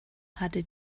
hatte